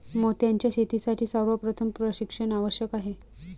मोत्यांच्या शेतीसाठी सर्वप्रथम प्रशिक्षण आवश्यक आहे